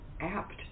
apt